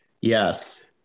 Yes